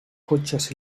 cotxes